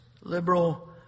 liberal